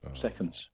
seconds